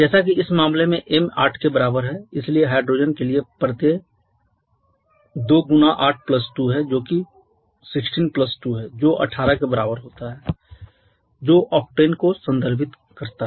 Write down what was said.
जैसे इस मामले में m 8 के बराबर है इसलिए हाइड्रोजन के लिए प्रत्यय 2 × 8 2 है जो कि 16 2 है जो 18 के बराबर होता है जो ऑक्टेन को संदर्भित करता है